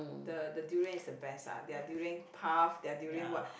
the the durian is the best ah their durian puff their durian what